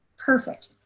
perfect.